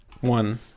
one